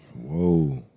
Whoa